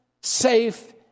safe